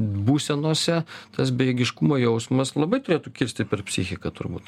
būsenose tas bejėgiškumo jausmas labai turėtų kirsti per psichiką turbūt